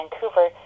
vancouver